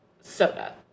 soda